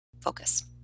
focus